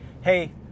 hey